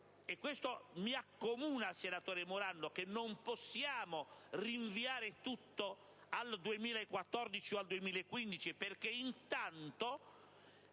e questo ci accomuna, senatore Morando - che non possiamo rinviare tutto al 2014 o al 2015, perché intanto